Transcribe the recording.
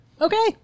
Okay